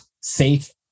safe